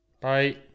bye